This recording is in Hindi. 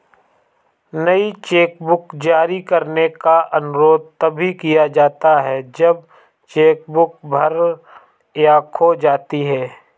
नई चेकबुक जारी करने का अनुरोध तभी किया जाता है जब चेक बुक भर या खो जाती है